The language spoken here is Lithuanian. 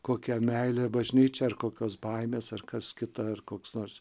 kokia meilė bažnyčia ar kokios baimės ar kas kita ar koks nors